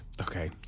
Okay